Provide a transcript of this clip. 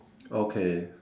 okay